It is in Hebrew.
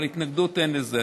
אבל התנגדות אין לזה,